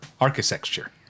architecture